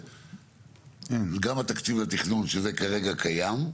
גם התקציב לתכנון שזה כרגע קיים,